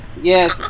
yes